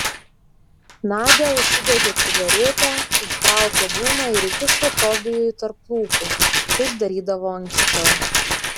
nadia užsidegė cigaretę užtraukė dūmą ir įkišo tobijui tarp lūpų kaip darydavo anksčiau